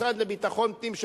המשרד לביטחון פנים,